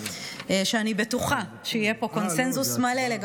שאני בטוחה שיהיה פה עליו קונסנזוס מלא: